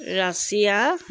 Russia